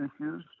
issues